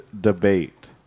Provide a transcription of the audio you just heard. debate